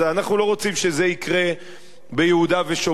אנחנו לא רוצים שזה יקרה ביהודה ושומרון.